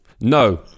No